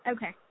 Okay